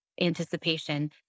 anticipation